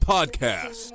Podcast